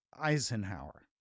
Eisenhower